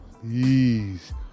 Please